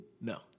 No